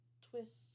twists